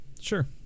sure